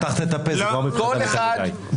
פתחת את הפה, זה כבר מבחינתם יותר מדי.